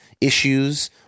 issues